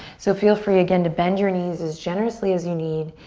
so feel free, again, to bend your knees as generously as you need,